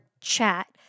chat